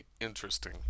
interesting